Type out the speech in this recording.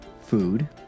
food